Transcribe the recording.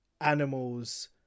animals